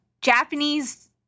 Japanese